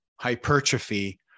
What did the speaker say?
hypertrophy